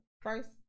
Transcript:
first